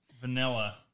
vanilla